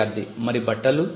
విద్యార్ధి మరి బట్టలు